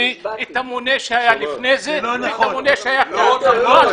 את המונה שהיה לפני זה, ואת המונה שהיה אחריו.